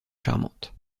charmante